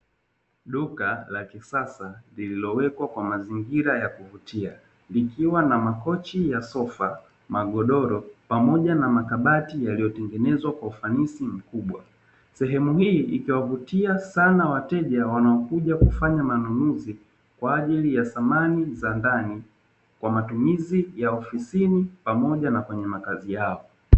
Duka la kisasa lililowekwa kwa mazingira ya kuvutia likiwa na makochi ya sofa, magodoro pamoja na makabati yaliyotengenezwa kwa ufanisi mkubwa. Sehemu hii ikiwavutia sana wateja wanaokuja kufanya manunuzi kwa ajili ya samani za ndani kwa matumizi ya ofisini pamoja na kwenye makazi yao.